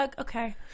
Okay